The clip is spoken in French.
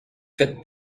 faites